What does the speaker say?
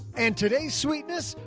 and today's sweetness,